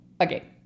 Okay